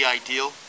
ideal